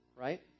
right